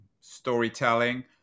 storytelling